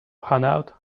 hanaud